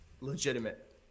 legitimate